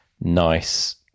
nice